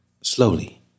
slowly